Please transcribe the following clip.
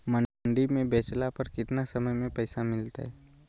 मंडी में बेचला पर कितना समय में पैसा मिलतैय?